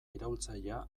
iraultzailea